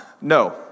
no